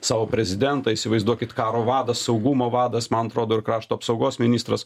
savo prezidentą įsivaizduokit karo vadas saugumo vadas man atrodo ir krašto apsaugos ministras